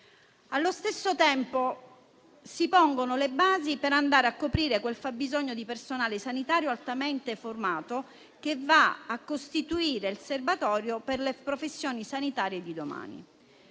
Allo stesso tempo si pongono le basi per andare a coprire quel fabbisogno di personale sanitario altamente formato che va a costituire il serbatoio per le professioni sanitarie di domani.